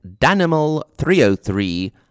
Danimal303